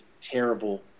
terrible